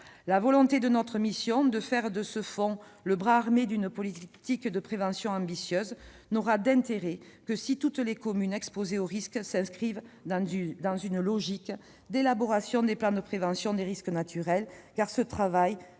La volonté de notre mission de faire de ce fonds le « bras armé d'une politique de prévention ambitieuse » n'aura de portée que si toutes les communes exposées s'inscrivent dans une logique d'élaboration des plans de prévention des risques naturels, car ce travail conditionne